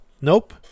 nope